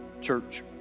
church